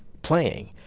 playing.